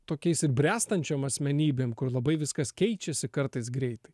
tokiais bręstančiom asmenybėm kur labai viskas keičiasi kartais greitai